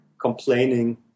complaining